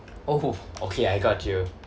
oh okay I got you